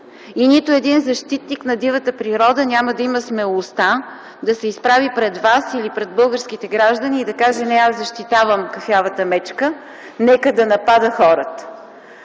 и нито един защитник на дивата природа няма да има смелостта да се изправи пред вас или пред българските граждани и да каже: „Не, аз защитавам кафявата мечка, нека да напада хората.”